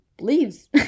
leaves